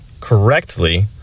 correctly